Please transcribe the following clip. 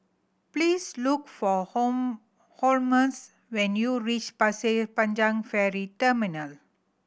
please look for Holmes when you reach Pasir Panjang Ferry Terminal